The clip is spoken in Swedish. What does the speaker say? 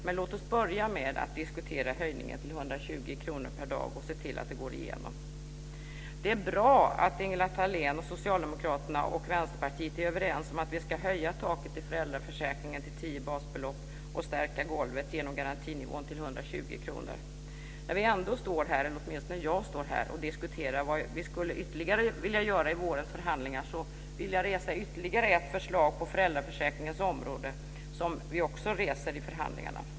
Men låt oss börja med att diskutera höjningen till 120 kr per dag och se till att det går igenom. Det är bra att Ingela Thalén och Socialdemokraterna och Vänsterpartiet är överens om att vi ska höja taket i föräldraförsäkringen till tio basbelopp och stärka golvet genom att höja garantinivån till 120 kr. När vi, eller åtminstone jag, ändå står här och diskuterar vad vi skulle vilja göra i vårens förhandlingar, vill jag resa ytterligare ett förslag på föräldraförsäkringens område som vi också reser i förhandlingarna.